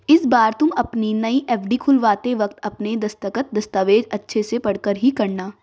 इस बार तुम अपनी नई एफ.डी खुलवाते वक्त अपने दस्तखत, दस्तावेज़ अच्छे से पढ़कर ही करना